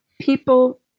people